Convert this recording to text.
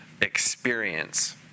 experience